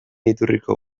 iturriko